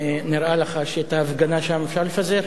נראה לך שאת ההפגנה שם אפשר לפזר?